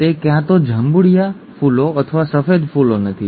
તે ક્યાં તો જાંબુડિયા ફૂલો અથવા સફેદ ફૂલો નથી ઠીક છે